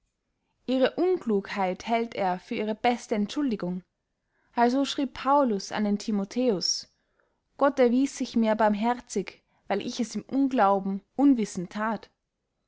ihre unklugheit hält er für ihre beste entschuldigung also schrieb paulus an den timotheus gott erwieß sich mir barmherzig weil ich es im unglauben unwissend that